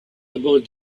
about